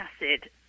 acid